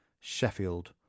Sheffield